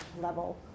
level